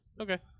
Okay